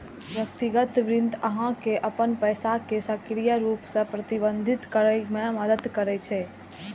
व्यक्तिगत वित्त अहां के अपन पैसा कें सक्रिय रूप सं प्रबंधित करै मे मदति करै छै